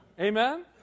Amen